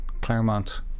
Claremont